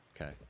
Okay